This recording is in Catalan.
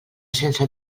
sense